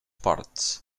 ports